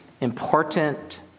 important